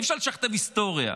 אי-אפשר לשכתב את ההיסטוריה.